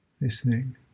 listening